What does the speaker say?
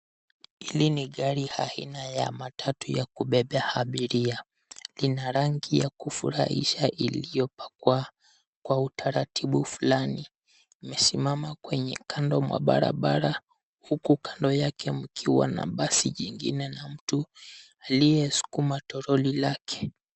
Hili ni gari aina ya matatu ya kubeba abiria. Lina rangi ya kufurahisha iliyopakwa kwa utaratibu fulani. Imesimama kwenye kando mwa barabara huku kando yako mkiwa na basi ingine na mtu aliyesukuma toroli lake.